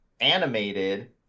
animated